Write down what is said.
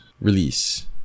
release